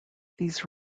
these